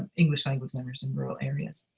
and english language learners in rural areas.